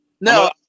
No